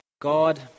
God